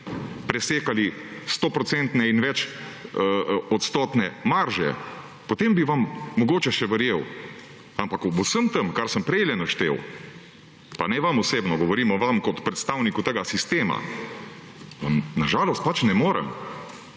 presekali 100 % in več odstotne marže, potem bi vam mogoče še verjel. Ampak ob vsem tem, kar sem prejle naštel, pa ne vam osebno, govorimo vam kot predstavniku tega sistema, na žalost pač ne morem.